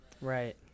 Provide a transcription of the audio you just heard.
Right